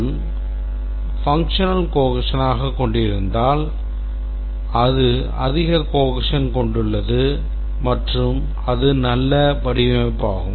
Module functional cohesion கொண்டிருந்தால் அது அதிக cohesion கொண்டுள்ளது மற்றும் அது ஒரு நல்ல வடிவமைப்பு